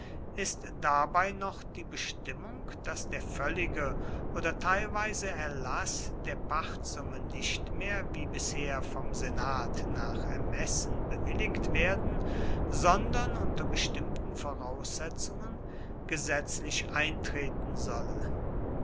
ist dabei noch die bestimmung daß der völlige oder teilweise erlaß der pachtsumme nicht mehr wie bisher vom senat nach ermessen bewilligt werden sondern unter bestimmten voraussetzungen gesetzlich eintreten solle